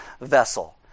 vessel